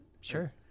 sure